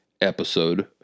episode